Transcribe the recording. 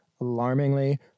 alarmingly